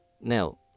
Now